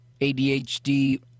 ADHD